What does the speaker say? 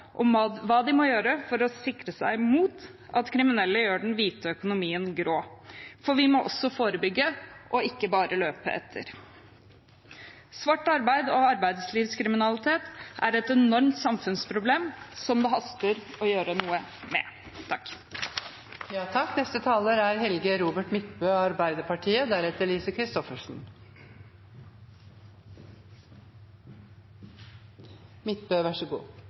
hva de må gjøre for å sikre seg mot at kriminelle gjør den hvite økonomien grå. For vi må også forebygge, ikke bare løpe etter. Svart arbeid og arbeidslivskriminalitet er et enormt samfunnsproblem, som det haster å gjøre noe med. Vår kanskje viktigaste oppgåve er